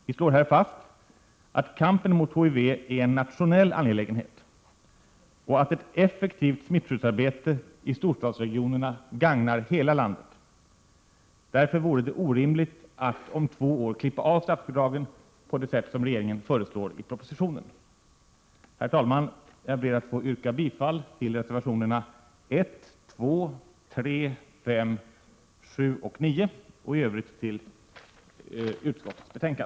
Vi slår här fast att kampen mot HIV är en nationell angelägenhet och att ett effektivt smittskyddsarbete i storstadsregionerna gagnar hela landet. Därför vore det orimligt att om två år klippa av statsbidragen på det sätt som regeringen föreslår i propositionen. Herr talman, jag ber att få yrka bifall till reservationerna 1,2, 3,5, 7 och 9 och i övrigt till utskottets hemställan.